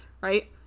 Right